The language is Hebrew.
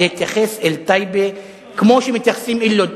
להתייחס אל טייבה כמו שמתייחסים אל לוד.